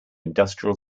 industrial